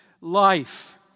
life